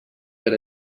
per